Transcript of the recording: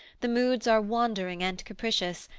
the moods are wandering and capricious,